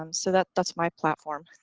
um so that that's my platform.